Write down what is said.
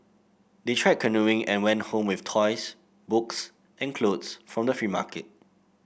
they tried canoeing and went home with toys books and clothes from the free market